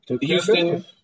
Houston